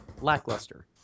lackluster